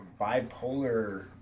bipolar